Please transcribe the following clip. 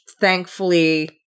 thankfully